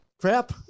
crap